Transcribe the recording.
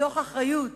מתוך אחריות